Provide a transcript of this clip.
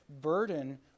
burden